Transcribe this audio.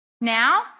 now